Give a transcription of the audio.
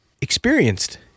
experienced